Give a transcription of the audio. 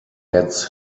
gets